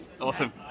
awesome